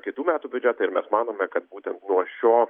kitų metų biudžetą ir mes manome kad būtent nuo šio